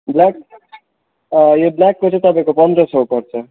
black यो ब्ल्याकको चाहिँ तपाईँको पन्ध्र सौ पर्छ